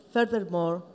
Furthermore